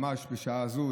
ממש בשעה הזו,